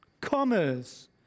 commerce